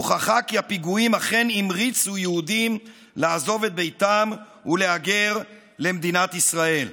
הוכחה כי הפיגועים אכן המריצו יהודים לעזוב את ביתם ולהגר למדינת ישראל.